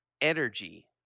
energy